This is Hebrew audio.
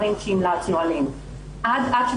כמו שאמרנו, זו ועדה ממליצה.